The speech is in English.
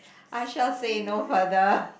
I shall say no further